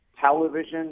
television